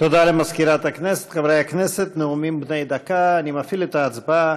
דב חנין וחיים ילין, הצעת